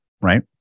right